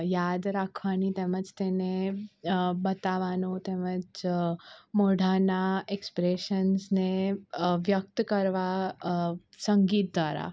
યાદ રાખવાની તેમજ તેને બતાવવાનો તેમજ મોઢાનાં એક્સ્પ્રેશન્સને વ્યક્ત કરવાં સંગીત દ્વારા